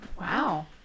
Wow